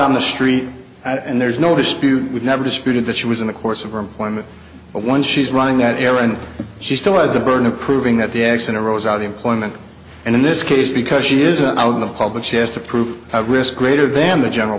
on the street and there's no dispute we've never disputed that she was in the course of her but once she's running out aaron she still has the burden of proving that the x in a row is out employment and in this case because she isn't out in the public she has to prove risk greater than the general